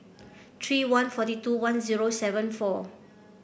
three one forty two one zero seven four